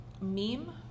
meme